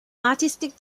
artistic